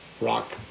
rock